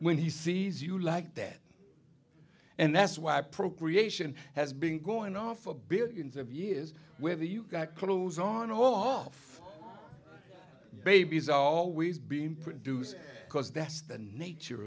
when he sees you like that and that's why procreation has been going off a billions of years whether you've got clothes on all of babies are always being produced because that's the nature